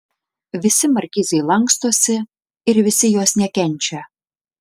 visi markizei lankstosi ir visi jos nekenčia